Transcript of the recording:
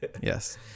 Yes